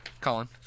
Colin